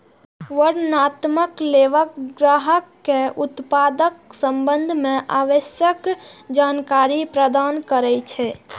वर्णनात्मक लेबल ग्राहक कें उत्पादक संबंध मे आवश्यक जानकारी प्रदान करै छै